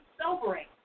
sobering